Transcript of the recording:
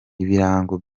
ibirango